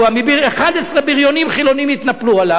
11 בריונים חילונים התנפלו עליו.